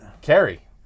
Carrie